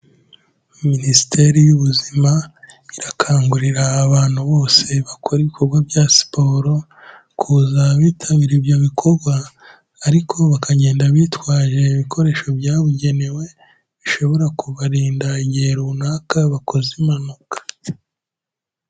Minisiteri y'ubuzima irakangurira abantu bose bakora ibikorwa bya siporo, kuza bitabira ibyo bikorwa, ariko bakagenda bitwaje ibikoresho byabugenewe bishobora kubarinda igihe runaka bakoze impanuka.